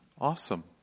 Awesome